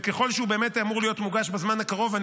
וככל שהוא באמת אמור להיות מוגש בזמן הקרוב,